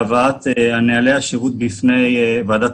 העניין של הבאת נהלי השירות בפני ועדת